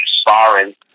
sparring